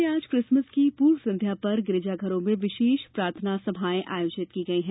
इससे पहले आज क्रिसमस की पूर्व संध्या पर गिरिजाघरों में विशेष प्रार्थना सभाएं आयोजित की गई हैं